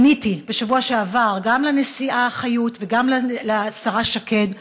פניתי בשבוע שעבר גם לנשיאה חיות וגם לשרה שקד,